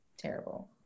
terrible